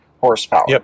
horsepower